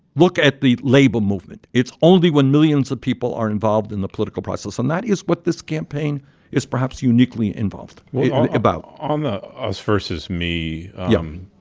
look at the labor movement. it's only when millions of people are involved in the political process. and that is what this campaign is perhaps uniquely involved ah about on the us versus me um